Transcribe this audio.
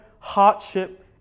hardship